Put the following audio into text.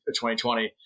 2020